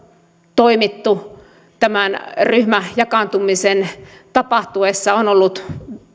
toimittu tämän ryhmän jakaantumisen tapahtuessa on ollut